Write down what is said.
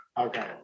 Okay